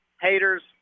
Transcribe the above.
Haters